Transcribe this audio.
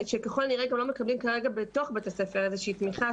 שככל הנראה גם לא מקבלים כרגע בתוך בית הספר איזושהי תמיכה,